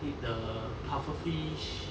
offer